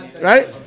right